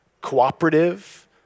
cooperative